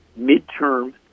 midterm